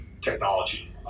technology